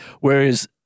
Whereas